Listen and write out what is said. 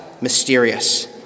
mysterious